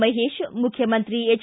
ಮಹೇಶ ಮುಖ್ಯಮಂತ್ರಿ ಎಚ್